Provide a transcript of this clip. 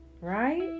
right